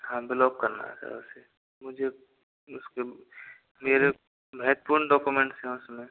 हाँ ब्लॉक करना है सर उसे मुझे उसके मेरे महत्वपूर्ण डॉकोमेंट्स हैं उसमें